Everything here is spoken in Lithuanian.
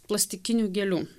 plastikinių gėlių